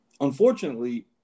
unfortunately